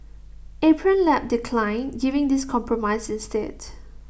Apron Lab declined giving this compromise instead